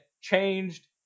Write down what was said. changed